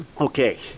Okay